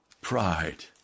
pride